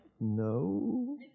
no